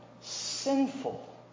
sinful